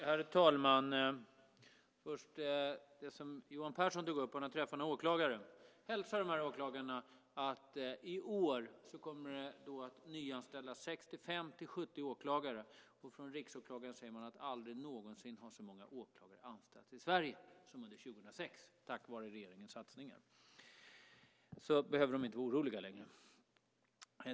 Herr talman! Först vill jag vända mig till Johan Pehrson, som talade om att träffa åklagare. Hälsa dessa åklagare att det i år kommer att nyanställas 65-70 åklagare. Från riksåklagaren säger man att det aldrig någonsin har anställts så många åklagare i Sverige som under 2006, tack vare regeringens satsningar. Hälsa dem det, så behöver de inte vara oroliga längre.